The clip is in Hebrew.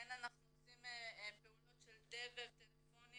כן אנחנו עושים פעולות של דבר טלפוני